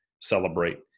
celebrate